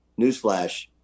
Newsflash